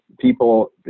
People